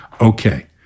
Okay